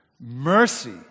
Mercy